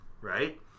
Right